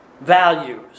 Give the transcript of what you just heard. values